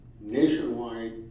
nationwide